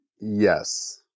Yes